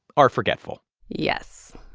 are forgetful yes.